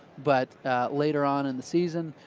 but later on in the season,